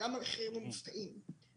וגם המחירים המופקעים.